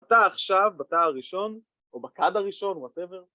בתא עכשיו, בתא הראשון, או בכד הראשון, וואטאבר,